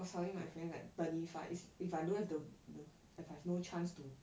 I was telling my friend like thirty five if I don't have the the if I've no chance to